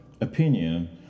opinion